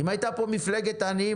אם הייתה פה מפלגת העניים,